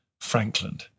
Franklin